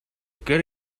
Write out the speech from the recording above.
good